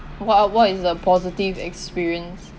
what what is the positive experience